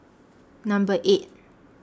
Number eight